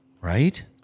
right